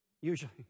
Usually